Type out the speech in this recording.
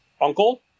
uncle